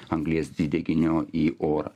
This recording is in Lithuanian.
anglies dvideginio į orą